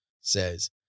says